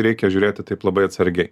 reikia žiūrėti taip labai atsargiai